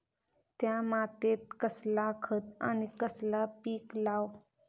त्या मात्येत कसला खत आणि कसला पीक लाव?